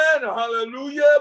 Hallelujah